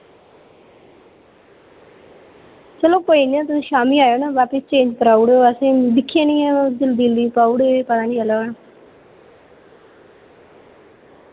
चलो कोई नी हुन तुस शाम्मी आएओ ना वापिस चेंज कराऊड़ेओ असें दिक्खियै नि जल्दी जल्दी पाउड़े पता नि चलेआ होना